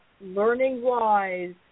learning-wise